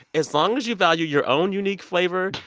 as long as you value your own unique flavor,